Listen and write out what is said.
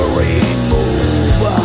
remove